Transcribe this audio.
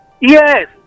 Yes